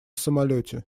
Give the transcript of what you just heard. самолёте